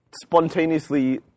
Spontaneously